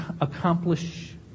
accomplish